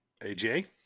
AJ